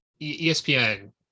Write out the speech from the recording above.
ESPN